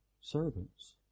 servants